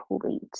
complete